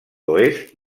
oest